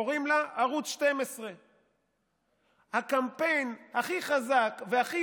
קוראים לה ערוץ 12. הקמפיין הכי חזק והכי